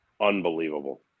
Unbelievable